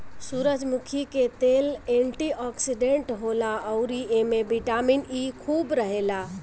सूरजमुखी के तेल एंटी ओक्सिडेंट होला अउरी एमे बिटामिन इ खूब रहेला